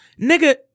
Nigga